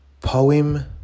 poem